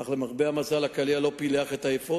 אך למרבה המזל הקליע לא פילח את האפוד.